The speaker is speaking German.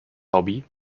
hobby